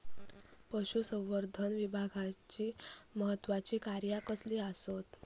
पशुसंवर्धन विभागाची महत्त्वाची कार्या कसली आसत?